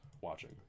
watching